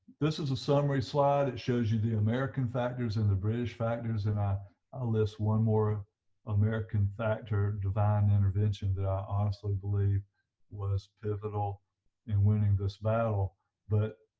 this is a summary slide it shows you the american factors and the british factors and i i list one more american factor, divine intervention, that i honestly believe was pivotal in winning this battle but